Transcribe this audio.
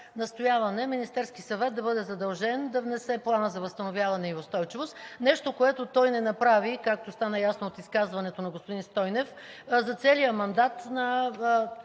настояване Министерският съвет да бъде задължен да внесе Плана за възстановяване и устойчивост – нещо, което той не направи, както стана ясно от изказването на господин Стойнев, за целия мандат на